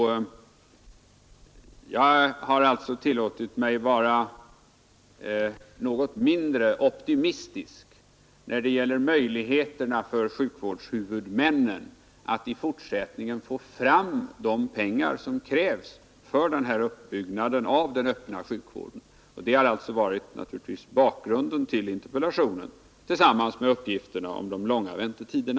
Jag har alltså tillåtit mig vara något mindre optimistisk när det gäller möjligheterna för sjukvårdshuvudmännen att i fortsättningen få fram de pengar som krävs för uppbyggnaden av den öppna sjukvården. Det har naturligtvis varit bakgrunden till interpellationen, tillsammans med uppgifterna om de långa väntetiderna.